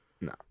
No